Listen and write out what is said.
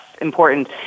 important